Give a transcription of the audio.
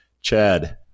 Chad